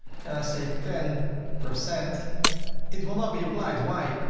and i say ten percent it will not be applied, why?